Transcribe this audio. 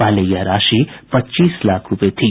पहले यह राशि पच्चीस लाख रूपये थी